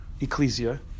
ecclesia